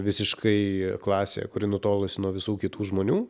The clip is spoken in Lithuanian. visiškai klasė kuri nutolusi nuo visų kitų žmonių